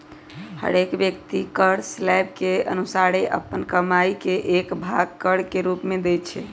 हरेक व्यक्ति कर स्लैब के अनुसारे अप्पन कमाइ के एक भाग कर के रूप में देँइ छै